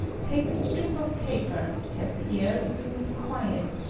take a strip of paper, have the air in the room quiet,